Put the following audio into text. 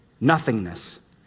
nothingness